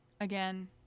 Again